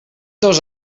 dos